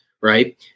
right